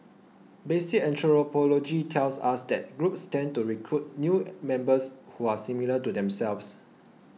basic anthropology tells us that groups tend to recruit new members who are similar to themselves